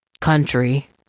country